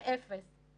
זה אפס.